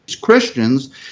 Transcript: Christians